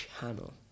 channel